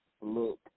look